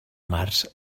març